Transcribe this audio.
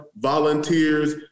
volunteers